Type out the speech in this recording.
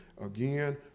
Again